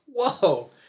Whoa